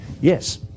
yes